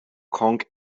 kong